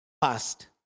past